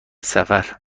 سفر